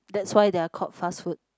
that's why they are called fast food